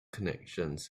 connections